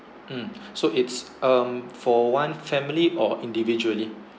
mm so it's um for one family or individually